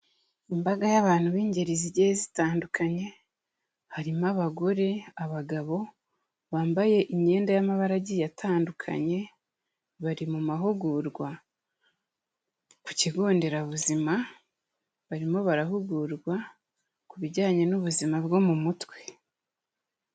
Imbaga y'abantu b'ingeri zigiye zitandukanye, harimo abagore, abagabo bambaye imyenda y'amabara agiye atandukanye bari mu mahugurwa, ku kigo nderabuzima barimo barahugurwa ku bijyanye n'ubuzima bwo mu mutwe.